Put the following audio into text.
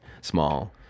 small